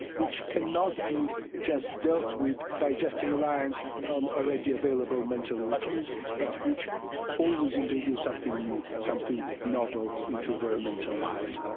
which cannot be just dealt with by just a reliance on already available mental routines, but which always introduce something new, something novel into their mental lives.